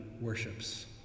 worships